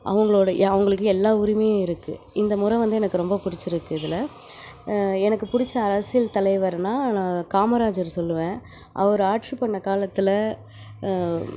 அவங்களோட யா அவங்களுக்கு எல்லா உரிமையும் இருக்குது இந்த முறை வந்து எனக்கு ரொம்ப பிடிச்சிருக்கு இதில் எனக்கு பிடிச்ச அரசியல் தலைவர்னால் நான் காமராஜர் சொல்லுவேன் அவரு ஆட்சி பண்ணிண காலத்தில்